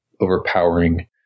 overpowering